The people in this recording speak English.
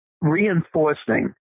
reinforcing